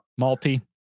malty